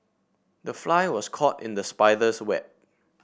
the fly was caught in the spider's web